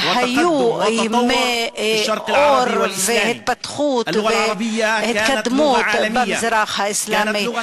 היו ימי אור והתפתחות והתקדמות במזרח האסלאמי.